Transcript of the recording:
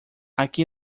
aqui